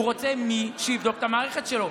הוא רוצה מי שיבדוק את המערכת שלו.